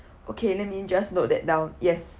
okay let me just noted that down yes